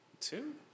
Two